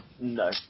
No